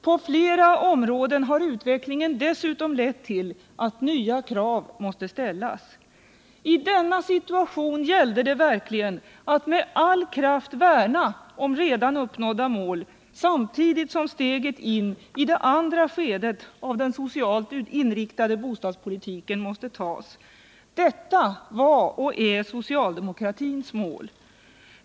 På flera områden har utvecklingen dessutom lett till att nya krav måste ställas. I denna situation gällde det verkligen att med all kraft värna om redan uppnådda mål samtidigt som steget in i det andra skedet av den socialt inriktade bostadspolitiken måste tas. Detta var och är socialdemokratins mål.